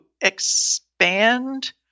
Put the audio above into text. expand